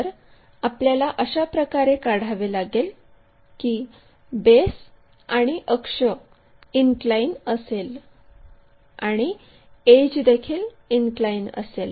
तर आपल्याला अशा प्रकारे काढावे लागेल की बेस आणि अक्ष इनक्लाइन असेल आणि एड्ज देखील इनक्लाइन असेल